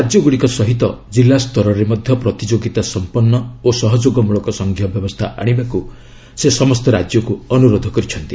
ରାଜ୍ୟଗୁଡ଼ିକ ସହିତ ଜିଲ୍ଲାସ୍ତରରେ ମଧ୍ୟ ପ୍ରତିଯୋଗିତା ସମ୍ପନ୍ନ ଓ ସହଯୋଗ ମୂଳକ ସଂଘୀୟ ବ୍ୟବସ୍ଥା ଆଣିବାକୁ ସେ ସମସ୍ତ ରାଜ୍ୟକୁ ଅନୁରୋଧ କରିଛନ୍ତି